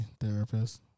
therapist